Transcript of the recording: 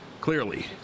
Clearly